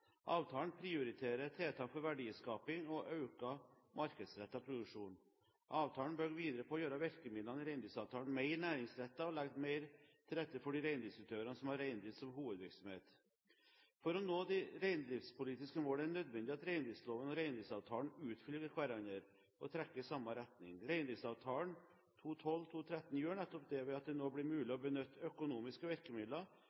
Avtalen prioriterer tiltak for verdiskaping og økt markedsrettet produksjon. Avtalen bygger videre på å gjøre virkemidlene i reindriftsavtalen mer næringsrettet, og legger mer til rette for de reindriftsutøverne som har reindrift som hovedvirksomhet. For å nå de reindriftspolitiske mål er det nødvendig at reindriftsloven og reindriftsavtalen utfyller hverandre og trekker i samme retning. Reindriftsavtalen 2012/2013 gjør nettopp det, ved at det nå blir mulig